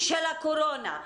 של הקורונה.